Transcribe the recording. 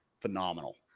phenomenal